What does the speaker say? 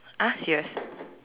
ah serious